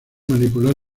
manipular